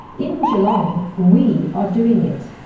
in geelong we are doing it.